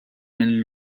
minn